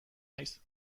naiz